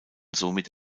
somit